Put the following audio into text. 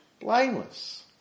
blameless